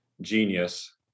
genius